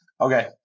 Okay